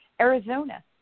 Arizona